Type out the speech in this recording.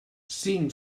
cinc